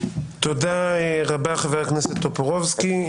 חבר הכנסת טופורובסקי.